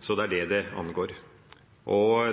så det er det det angår.